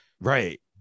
Right